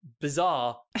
bizarre